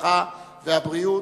הרווחה והבריאות,